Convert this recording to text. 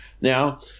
now